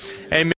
Amen